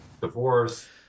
divorce